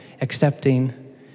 accepting